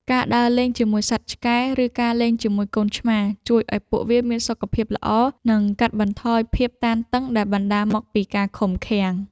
ការដើរលេងជាមួយសត្វឆ្កែ ឬការលេងជាមួយកូនឆ្មា ជួយឱ្យពួកវាមានសុខភាពល្អ និងកាត់បន្ថយភាពតានតឹងដែលបណ្ដាលមកពីការឃុំឃាំង។